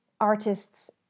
artist's